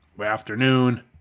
afternoon